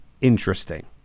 interesting